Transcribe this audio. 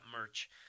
merch